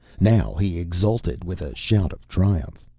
now, he exulted with a shout of triumph.